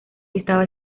estaba